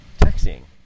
taxiing